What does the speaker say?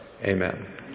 amen